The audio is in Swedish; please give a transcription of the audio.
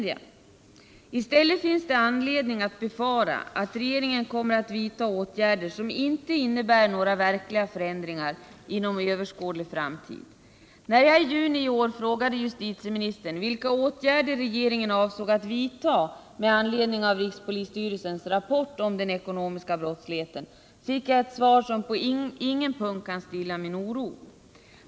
I stället finns det anledning att befara att regeringen kommer att vidta åtgärder som inte innebär några verkliga förändringar inom överskådlig framtid. När jag i juni i år frågade justitieministern vilka åtgärder regeringen avsåg att vidta med anledning av rikspolisstyrelsens rapport om den ekonomiska brottsligheten, fick jag ett svar som på ingen punkt kunde stilla min oro.